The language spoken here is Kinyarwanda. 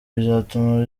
bizatuma